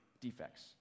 defects